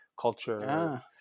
culture